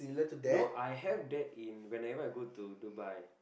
you know I have that in whenever I go to Dubai